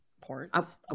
ports